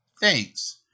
Thanks